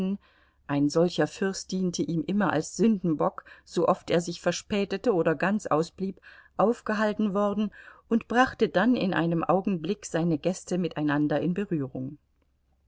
ein solcher fürst diente ihm immer als sündenbock sooft er sich verspätete oder ganz ausblieb aufgehalten worden und brachte dann in einem augenblick seine gäste miteinander in berührung